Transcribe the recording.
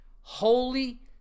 Holy